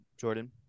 Jordan